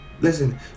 listen